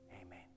Amen